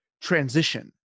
transition